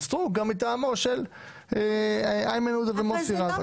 סטרוק אלא גם מטעמו של איימן עודה ומוסי רז.